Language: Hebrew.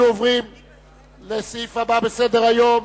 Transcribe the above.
אנחנו עוברים לסעיף הבא בסדר-היום.